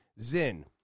Zin